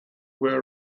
were